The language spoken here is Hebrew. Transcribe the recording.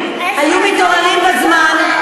פנים, היו מתעוררים בזמן,